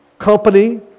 company